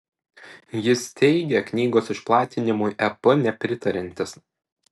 jis teigė knygos išplatinimui ep nepritariantis